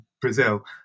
Brazil